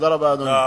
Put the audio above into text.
תודה רבה, אדוני.